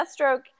Deathstroke